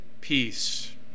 peace